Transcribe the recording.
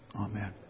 Amen